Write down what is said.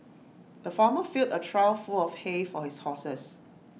the farmer filled A trough full of hay for his horses